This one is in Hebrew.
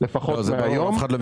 זה ברור.